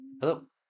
Hello